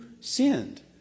sinned